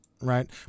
right